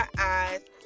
eyes